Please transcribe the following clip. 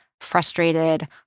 frustrated